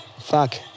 Fuck